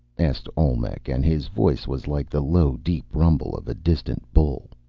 asked olmec, and his voice was like the low, deep rumble of a distant bull.